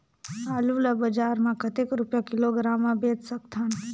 आलू ला बजार मां कतेक रुपिया किलोग्राम म बेच सकथन?